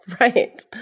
Right